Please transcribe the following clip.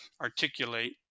articulate